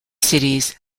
cities